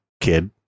kid